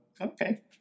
Okay